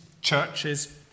churches